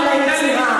על היצירה.